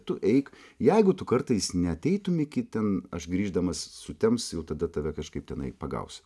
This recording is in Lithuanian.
tu eik jeigu tu kartais neateitum iki ten aš grįždamas sutems jau tada tave kažkaip tenai pagausiu